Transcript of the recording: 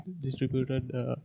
distributed